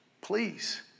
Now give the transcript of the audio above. Please